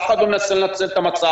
אף אחד לא מנסה לנצל את המצב,